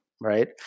right